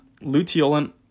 luteolin